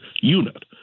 unit